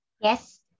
Yes